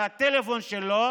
מהטלפון שלו,